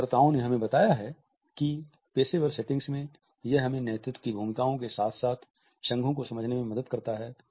शोधकर्ताओं ने हमें बताया है कि पेशेवर सेटिंग्स में यह हमें नेतृत्व की भूमिकाओं के साथ साथ संघों को समझने में मदद करता है